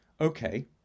okay